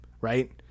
right